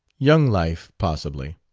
young life, possibly.